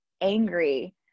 angry